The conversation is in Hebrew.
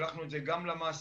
שלחנו את זה גם למעסיקים,